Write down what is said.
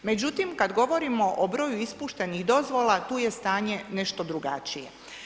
Međutim, kada govorimo o broju ispuštenih dozvola tu je stanje nešto drugačije.